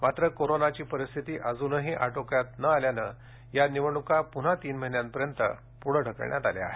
मात्र कोरोनाची परिस्थिती अजूनही आटोक्यात न आल्यामुळे या निवडणूका पुन्हा तीन महिन्यांपर्यत पुढे ढकलण्यात आल्या आहेत